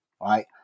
right